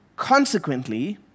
Consequently